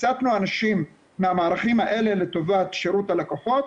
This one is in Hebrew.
הסטנו אנשים מהמערכים האלה לטובת שירות הלקוחות.